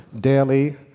daily